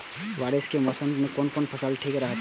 बारिश के मौसम में कोन कोन फसल ठीक रहते?